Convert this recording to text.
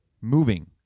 moving